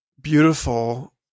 beautiful